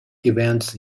events